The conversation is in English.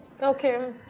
Okay